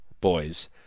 boys